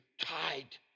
tied